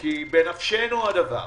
כי בנפשנו הדבר.